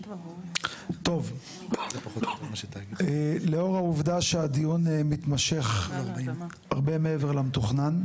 טוב, לאור העובדה שהדיון מתמשך הרבה מעבר למתוכנן.